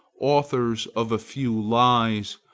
authors of a few lies,